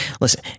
listen